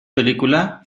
película